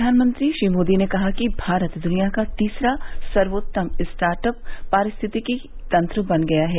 प्रधानमंत्री मोदी ने कहा कि भारत दुनिया का तीसरा सर्वोत्तम स्टार्टअप पारिस्थितिकी तंत्र बन गया है